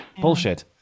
Bullshit